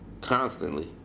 Constantly